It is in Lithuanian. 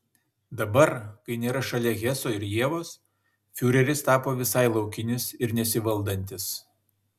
dabar kai nėra šalia heso ir ievos fiureris tapo visai laukinis ir nesivaldantis